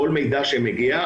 כל מידע שמגיע,